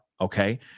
okay